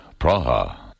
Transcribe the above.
Praha